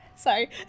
sorry